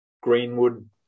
Greenwood